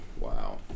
Wow